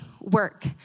work